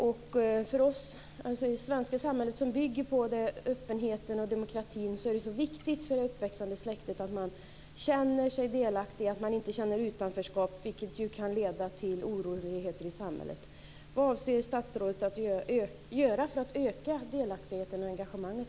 I det svenska samhället, som bygger på öppenhet och demokrati, är det viktigt att det uppväxande släktet är delaktigt och inte känner utanförskap, vilket kan leda till oroligheter i samhället.